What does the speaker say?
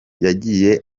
yagiye